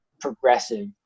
progressive